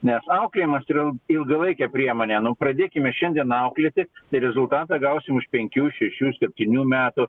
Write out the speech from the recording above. nes auklėjimas yra ilgalaikė priemonė nu pradėkime šiandien auklėti tai rezultatą gausim už penkių šešių septynių metų